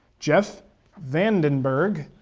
jeff vandenberg,